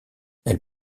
elle